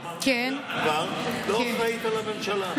אמרת: אני כבר לא אחראית לממשלה.